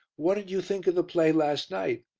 what did you think of the play last night?